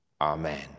amen